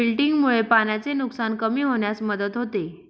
विल्टिंगमुळे पाण्याचे नुकसान कमी होण्यास मदत होते